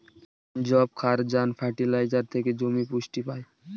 যবক্ষারজান ফার্টিলাইজার থেকে জমি পুষ্টি পায়